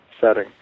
setting